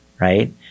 right